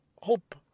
Hope